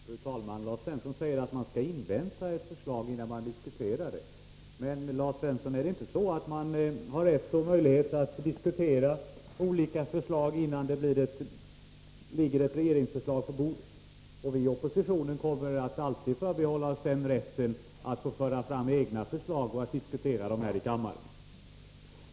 Fru talman! Lars Svensson säger att man skall invänta ett förslag innan man diskuterar det. Men, Lars Svensson, har man inte rätt och möjlighet att diskutera olika förslag innan det ligger ett regeringsförslag på bordet? Vi i oppositionen kommer alltid att förbehålla oss rätten att föra fram egna förslag och att diskutera dem här i kammaren.